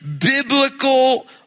biblical